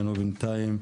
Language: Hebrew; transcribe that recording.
שאיננו בינתיים.